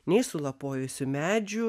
nei sulapojusių medžių